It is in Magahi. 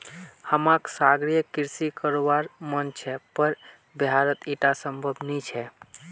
हमाक सागरीय कृषि करवार मन छ पर बिहारत ईटा संभव नी छ